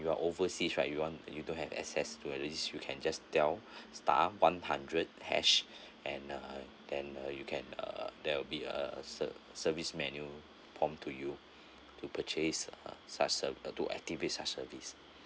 you are overseas right you want you don't have access to at least you can just dial star one hundred hatch and uh then uh you can uh there will be err ser~ service menu prompt to you to purchase such service uh to activate such service